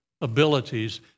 abilities